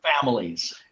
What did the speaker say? families